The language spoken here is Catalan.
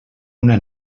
una